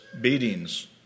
beatings